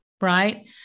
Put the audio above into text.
right